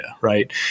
right